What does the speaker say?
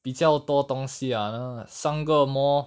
比较多东西 ah I don't know like 三个 mall